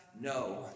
No